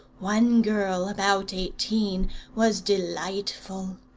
one girl about eighteen was delightful.